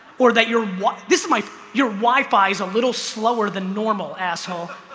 or that you're one. this is my your wi-fi is a little slower than normal asshole